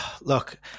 look